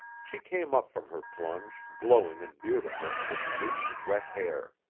she came up from her plunge, glowing and beautiful, with loose, wet hair.